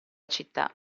città